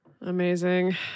Amazing